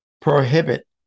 prohibit